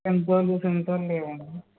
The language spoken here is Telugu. సిన్తోల్ సిన్తోల్ లేవా